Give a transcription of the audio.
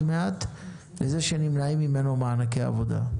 מעט לבין זה שנמנעים ממנו מענקי עבודה.